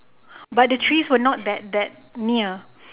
but the trees were not that that near